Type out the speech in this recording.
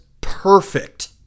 perfect